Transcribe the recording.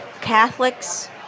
Catholics